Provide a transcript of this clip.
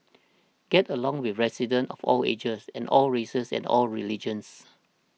gets along with residents of all ages and all races and all religions